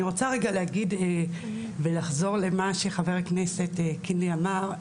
אני רוצה לחזור למה שחבר הכנסת טור פז אמר,